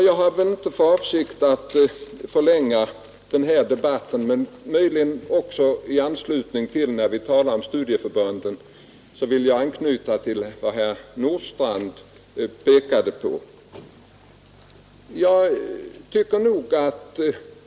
Jag har inte för avsikt att förlänga den här debatten, men i anslutning till diskussionen om studieförbunden vill jag anknyta till vad herr Nordstrandh här pekade på.